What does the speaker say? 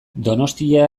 donostia